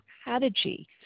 strategy